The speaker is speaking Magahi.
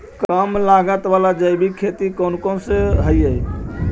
कम लागत वाला जैविक खेती कौन कौन से हईय्य?